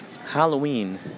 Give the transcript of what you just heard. Halloween